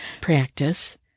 practice